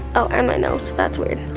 oh and my nose, that's weird.